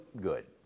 good